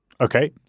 Okay